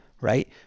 right